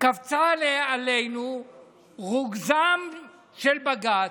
קפץ עלינו רוגזו של בג"ץ.